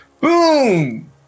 Boom